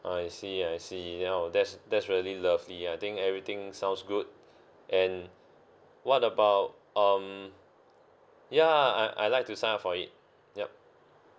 I see I see you know that's that's really lovely I think everything sounds good and what about um ya I I'd like to sign up for it yup